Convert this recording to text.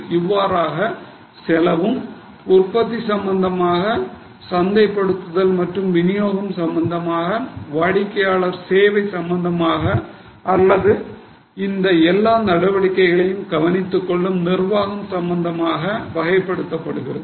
இவ்வாறாக செலவு உற்பத்தி சம்பந்தமாக சந்தைப்படுத்துதல் மற்றும் விநியோகம் சம்பந்தமாக வாடிக்கையாளர் சேவை சம்பந்தமாக அல்லது இந்த எல்லா நடவடிக்கைகளையும் கவனித்துக்கொள்ளும் நிர்வாகம் சம்பந்தமாக வகைப்படுத்தப்படுகிறது